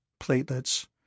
platelets